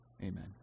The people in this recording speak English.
Amen